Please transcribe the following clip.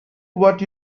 what